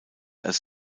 als